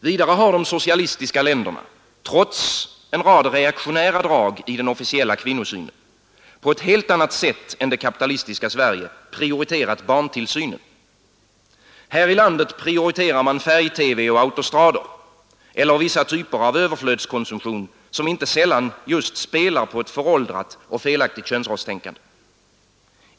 Vidare har de socialistiska länderna, trots en rad reaktionära drag i den officiella kvinnosynen, på ett helt annat sätt än det kapitalistiska Sverige prioriterat barntillsynen. Här prioriterar man färg-TV och autostrador eller vissa typer av överflödskonsumtion, som inte sällan just spelar på ett föråldrat och felaktigt könsrollstänkande.